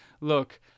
Look